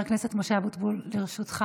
לרשותך